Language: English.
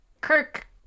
Kirk